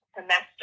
semester